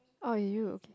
oh you okay